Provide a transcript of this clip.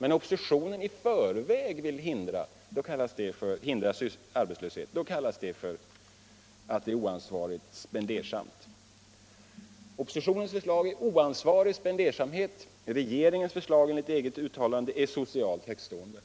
Men oppositionens förslag, som i förväg vill hindra arbetslöshet, kallas oansvarig spendersamhet. Regeringens förslag är, enligt eget uttalande, socialt högtstående.